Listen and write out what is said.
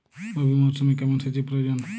রবি মরশুমে কেমন সেচের প্রয়োজন?